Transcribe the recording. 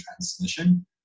transmission